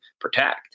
protect